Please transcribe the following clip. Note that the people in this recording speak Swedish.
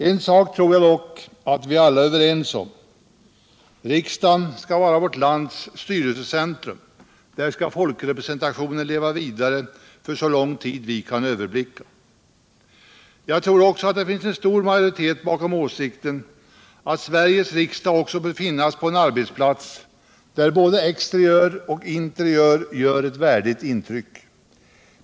En sak tror jag dock att vi alla är överens om: riksdagen skall vara vårt lands styrelsecentrum, där skall folkrepresentationen leva vidare för så lång tid vi kan överblicka. Jag tror även att det finns en stor majoritet bakom åsikten att Sveriges riksdag också bör finnas på en arbetsplats där både exteriör och interiör gör ett värdigt intryck.